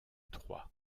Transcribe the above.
troyes